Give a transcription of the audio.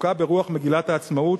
חוקה ברוח מגילת העצמאות,